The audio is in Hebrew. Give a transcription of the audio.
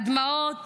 הדמעות